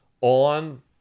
on